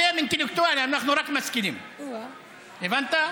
אתם אינטלקטואלים, אנחנו רק משכילים, הבנת?